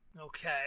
okay